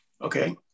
Okay